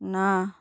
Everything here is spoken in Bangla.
না